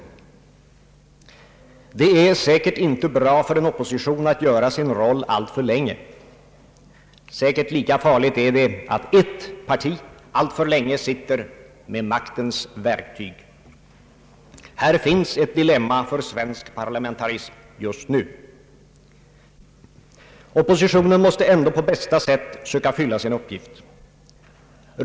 Det är säkert inte bra för en opposition att göra sin roll alltför länge. Säkert lika farligt är det att ett parti alltför länge sitter med maktens verktyg. Här finns ett dilemma för svensk parlamentarism just nu. Oppositionen måste ändå på bästa sätt söka fylla sin uppgift.